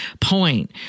point